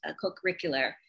co-curricular